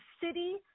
city